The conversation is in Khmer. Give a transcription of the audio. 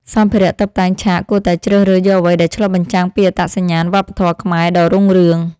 សម្ភារៈតុបតែងឆាកគួរតែជ្រើសរើសយកអ្វីដែលឆ្លុះបញ្ចាំងពីអត្តសញ្ញាណវប្បធម៌ខ្មែរដ៏រុងរឿង។